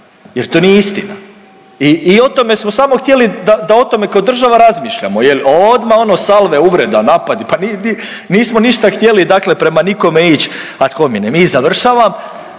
jer to nije istina i o tome smo samo htjeli da o tome kao država razmišljamo, je li. Odmah ono salve uvreda napadi pa nismo ništa htjeli dakle prema nikome ić ad hominem. I završavam